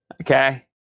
Okay